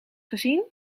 gezien